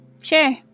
sure